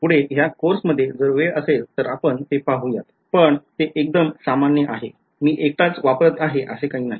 पुढे ह्या कोर्समध्ये जर वेळ असेल तर आपण ते पाहुयात पण ते एकदम सामान्य आहे मी एकटाच वापरत आहे असे काही नाही